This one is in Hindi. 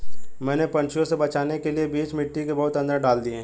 मैंने पंछियों से बचाने के लिए बीज मिट्टी के बहुत अंदर डाल दिए हैं